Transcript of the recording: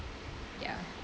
ya